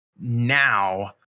now